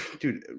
dude